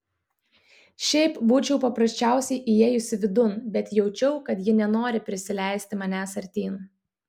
šiaip būčiau paprasčiausiai įėjusi vidun bet jaučiau kad ji nenori prisileisti manęs artyn